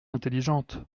intelligente